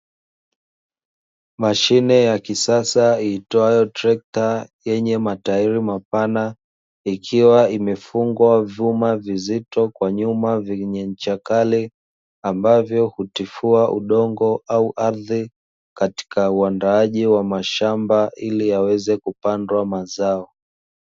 Mashine ya kisasa itwayo trekta yenye matairi mapana, ikiwa imefungwa vyuma vizito kwa nyuma vyenye ncha kali ambavyo hutifua udongo au ardhi katika huandaaji wa mashamba ili yaweze kupandwa mazao.